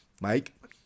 Mike